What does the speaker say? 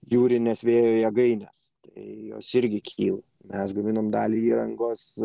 jūrines vėjo jėgaines tai jos irgi kyla mes gaminome dalį įrangos